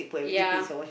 ya